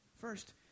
First